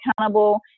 accountable